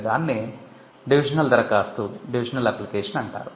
దాన్నే డివిజనల్ దరఖాస్తు అంటారు